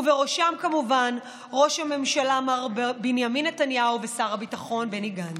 ובראשם כמובן ראש הממשלה מר בנימין נתניהו ושר הביטחון בני גנץ.